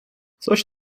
coś